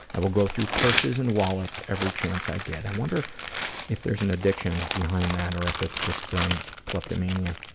i will go through purses and wallets every chance i get. i wonder if there's an addiction behind that or if it's just um kleptomania.